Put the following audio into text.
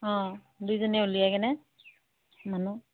অঁ দুইজনী উলিয়াই কিনে মানুহ